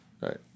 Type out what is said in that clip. Right